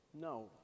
No